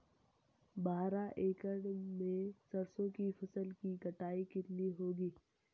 बारह एकड़ में सरसों की फसल की कटाई कितनी होगी?